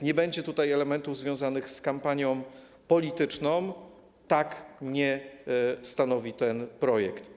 Nie będzie więc tutaj elementów związanych z kampanią polityczną, tak nie stanowi ten projekt.